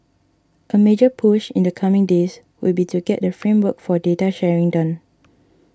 a major push in the coming days would be to get the framework for data sharing done